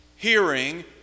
hearing